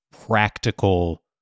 practical